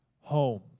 home